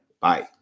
bye